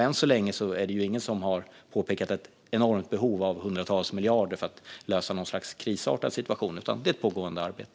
Än så länge är det ingen som har påpekat något enormt behov av hundratals miljarder för att lösa något slags krisartad situation, utan det är ett pågående arbete.